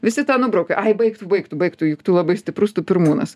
visi tą nubraukia ai baik tu baik tu baik tu juk tu labai stiprus tu pirmūnas